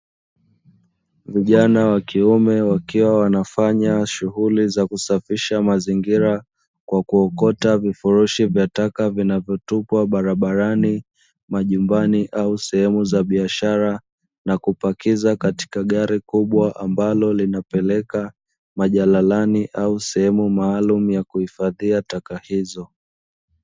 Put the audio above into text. Vijana wa kiume wakiwa wanafanya shughuli za kusafisha mazingira, kwa kuokota vifurushi vya taka vinavotupwa barabarani, majumbani au sehemu za biashara na kupakiza katika gari kubwa, ambalo linapeleka majalalani au sehemu maalumu ya kuhifadhia taka hizo.